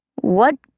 What